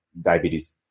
diabetes